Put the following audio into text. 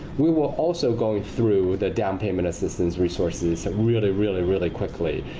we were also going through the down payment assistance resources really, really, really quickly.